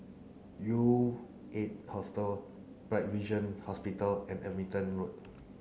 U eight Hostel Bright Vision Hospital and Road